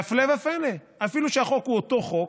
והפלא ופלא, אפילו שהחוק הוא אותו חוק,